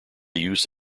use